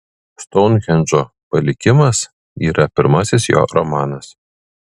stounhendžo palikimas yra pirmasis jo romanas